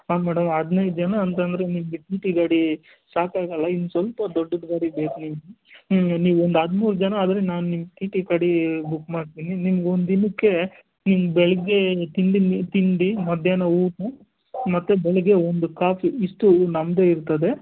ಹಾಂ ಮೇಡಮ್ ಹದಿನೈದು ಜನ ಅಂತಂದರೆ ನಿಮಗೆ ಟಿ ಟಿ ಗಾಡಿ ಸಾಕಾಗೋಲ್ಲ ಇನ್ನು ಸ್ವಲ್ಪ ದೊಡ್ಡದು ಗಾಡಿ ಬೇಕು ನೀವು ನೀವೊಂದು ಹದಿಮೂರು ಆದರೆ ನಾನು ನಿಮಗೆ ಟಿ ಟಿ ಗಡಿ ಬುಕ್ ಮಾಡ್ತೀನಿ ನಿಮ್ಗೊಂದು ದಿನಕ್ಕೆ ಬೆಳಿಗ್ಗೆ ತಿಂಡಿ ತಿಂಡಿ ಮಧ್ಯಾಹ್ನ ಊಟ ಮತ್ತು ಬೆಳಗ್ಗೆ ಒಂದು ಕಾಫಿ ಇಷ್ಟು ನಮ್ಮದೇ ಇರ್ತದೆ